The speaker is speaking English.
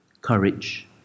courage